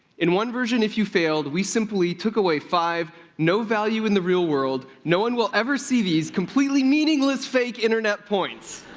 in one version, if you failed, we simply took away five no-value-in-the-real-world, no-one-will-ever-see-these, completely meaningless, fake internet points.